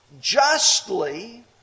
justly